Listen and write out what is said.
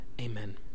Amen